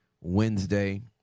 Wednesday